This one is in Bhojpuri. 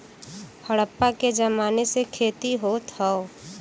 हड़प्पा के जमाने से खेती होत हौ